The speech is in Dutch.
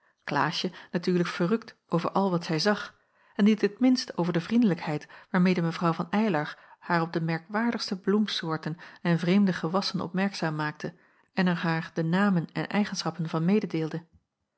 klaasje natuurlijk verrukt over al wat zij zag en niet het minst over de vriendelijkheid waarmede mw van eylar haar op de merkwaardigste bloemsoorten en vreemde gewassen opmerkzaam maakte en er haar de namen en eigenschappen van